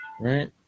Right